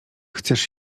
chcesz